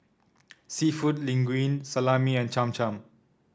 seafood Linguine Salami and Cham Cham